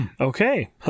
Okay